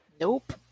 Nope